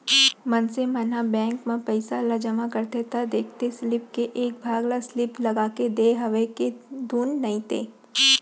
मनसे मन ह बेंक म पइसा ल जमा करथे त देखथे सीलिप के एक भाग ल सील लगाके देय हवय के धुन नइते